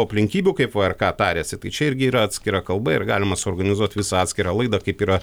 aplinkybių kaip vrk tariasi tai čia irgi yra atskira kalba ir galima suorganizuot visą atskirą laidą kaip yra